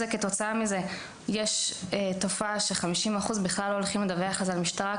כתוצאה מזה ישנה תופעה ש-50% מתוכם בכלל לא הולכים לדווח על זה למשטרה,